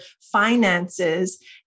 finances